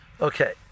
Okay